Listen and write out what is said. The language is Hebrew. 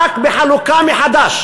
ורק בחלוקה מחדש